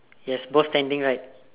yes both standing right